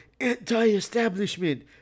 anti-establishment